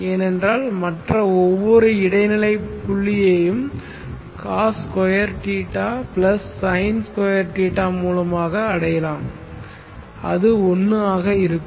ஏனென்றால் மற்ற ஒவ்வொரு இடைநிலை புள்ளியையும் cos square θ plus sine square θ மூலமாக அடையலாம் அது 1 ஆக இருக்கும்